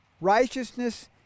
righteousness